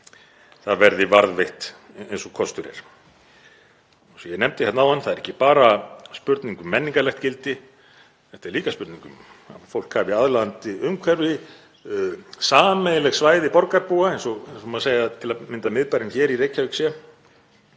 verði varðveitt eins og kostur er. Eins og ég nefndi áðan, það er ekki bara spurning um menningarlegt gildi. Þetta er líka spurning um að fólk hafi aðlaðandi umhverfi, sameiginleg svæði borgarbúa eins og má segja til að mynda að miðbærinn í Reykjavík